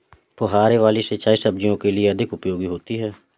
फुहारे वाली सिंचाई सब्जियों के लिए अधिक उपयोगी होती है?